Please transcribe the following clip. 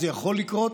זה יכול לקרות,